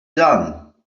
done